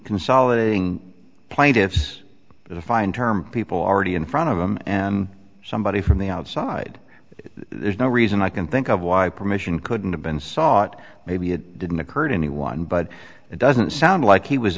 consolidating plaintiffs the defined term people already in front of them and somebody from the outside there's no reason i can think of why permission couldn't have been sought maybe it didn't occur to anyone but it doesn't sound like he was